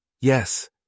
Yes